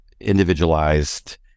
individualized